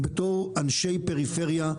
בתור אנשי פריפריה,